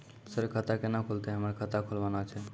Sir खाता केना खुलतै, हमरा खाता खोलवाना छै?